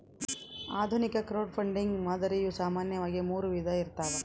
ಆಧುನಿಕ ಕ್ರೌಡ್ಫಂಡಿಂಗ್ ಮಾದರಿಯು ಸಾಮಾನ್ಯವಾಗಿ ಮೂರು ವಿಧ ಇರ್ತವ